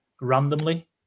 randomly